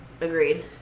Agreed